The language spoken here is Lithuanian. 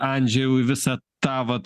andžejau į visą tą vat